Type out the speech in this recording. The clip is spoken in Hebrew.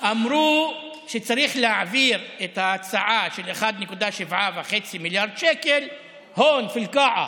אמרו שצריך להעביר את ההצעה של 1.75 מיליארד שקל (אומר בערבית: